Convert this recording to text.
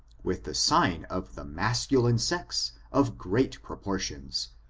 with the sign of the masculine sex of great proportions,